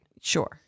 Sure